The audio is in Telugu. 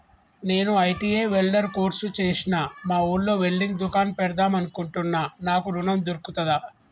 నేను ఐ.టి.ఐ వెల్డర్ కోర్సు చేశ్న మా ఊర్లో వెల్డింగ్ దుకాన్ పెడదాం అనుకుంటున్నా నాకు ఋణం దొర్కుతదా?